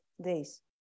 days